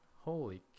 holy